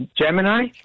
Gemini